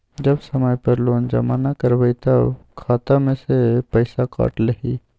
जब समय पर लोन जमा न करवई तब खाता में से पईसा काट लेहई?